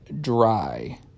dry